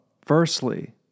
firstly